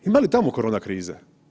Ima li tamo korona krize?